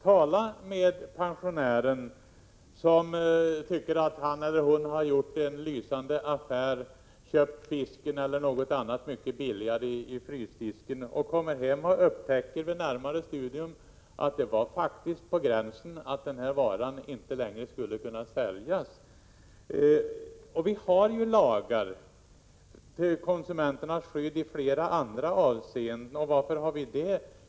Tala med pensionären som tycker att han eller hon har gjort en lysande affär och köpt fisken mycket billigare i frysdisken, men kommer hem och vid närmare studium upptäcker att det faktiskt var på gränsen att varan inte längre skulle kunna säljas. Vi har ju lagar till konsumentens skydd i flera andra avseenden. Och varför har vi det?